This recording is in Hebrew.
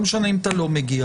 לא משנה אם אתה לא מגיע,